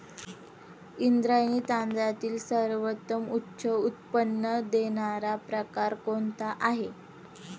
इंद्रायणी तांदळातील सर्वोत्तम उच्च उत्पन्न देणारा प्रकार कोणता आहे?